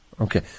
okay